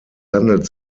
handelt